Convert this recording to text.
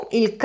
il